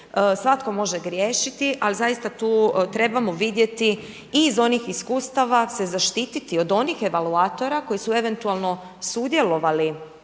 Svatko može griješiti, ali zaista tu trebamo vidjeti i iz onih iskustava se zaštititi od onih evaluatora koji su eventualno sudjelovali